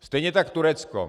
Stejně tak Turecko.